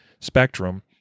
spectrum